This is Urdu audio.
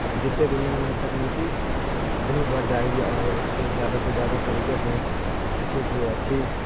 جس سے دنیا میں تکنیکی تکنیک بڑھ جائے گی اور اس سے زیادہ سے زیادہ طریقے سے اچھی سے اچھی